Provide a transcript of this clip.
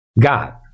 God